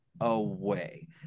away